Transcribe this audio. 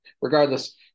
regardless